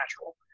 natural